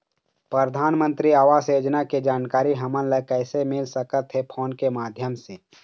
परधानमंतरी आवास योजना के जानकारी हमन ला कइसे मिल सकत हे, फोन के माध्यम से?